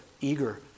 eager